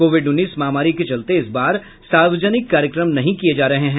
Covid उन्नीस महामारी के चलते इस बार सार्वजनिक कार्यक्रम नहीं किये जा रहे हैं